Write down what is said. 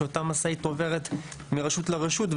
כשאותה משאית עוברת מרשות לרשות,